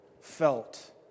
felt